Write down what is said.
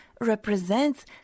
represents